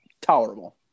tolerable